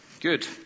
Good